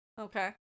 Okay